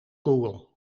google